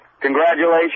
Congratulations